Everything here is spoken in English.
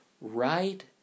right